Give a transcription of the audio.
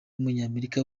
w’umunyamerika